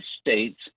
States